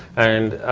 and